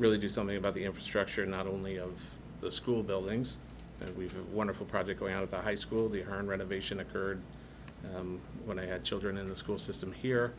really do something about the infrastructure not only of the school buildings that we've wonderful project going out the high school the earned renovation occurred when i had children in the school system here